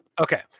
Okay